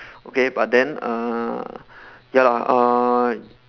okay but then uh ya lah uh